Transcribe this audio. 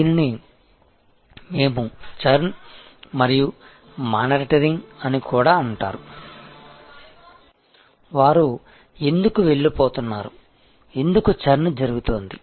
దీనిని మేము చర్న్ మరియు మానిటరింగ్ అని కూడా అంటారు వారు ఎందుకు వెళ్లిపోతున్నారు ఎందుకు చర్న్ జరుగుతోంది